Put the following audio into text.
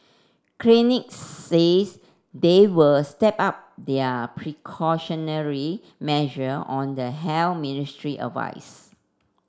clinics says they will step up their precautionary measure on the Ministry advice